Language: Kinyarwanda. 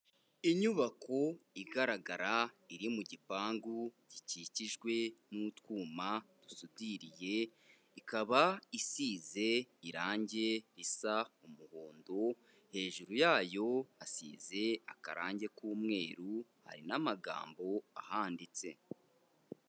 Inyubako igaragara iri mu gipangu gikikijwe n'utwuma dusudiriye, ikaba isize irangi risa umuhondo, hejuru yayo hasize akarange k'umweru, hari n'amagambo ahanditse.